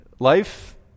Life